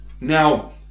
Now